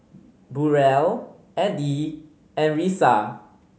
Burrell Eddy and Risa